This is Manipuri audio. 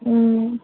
ꯎꯝ